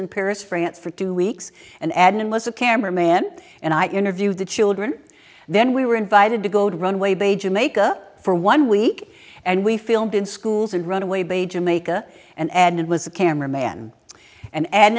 in paris france for two weeks and adnan was a camera man and i interviewed the children then we were invited to go to runway they jamaica for one week and we filmed in schools and runaway bay jamaica and and it was a camera man and ad